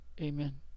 Amen